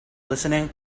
listening